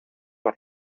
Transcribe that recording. por